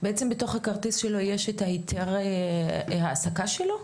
בעצם בתוך הכרטיס שלו יש את היתר העסקה שלו?